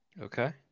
Okay